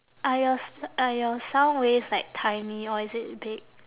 are your s~ are your sound waves like tiny or is it big